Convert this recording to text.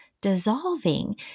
dissolving